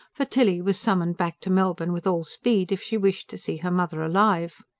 for tilly was summoned back to melbourne with all speed, if she wished to see her mother alive.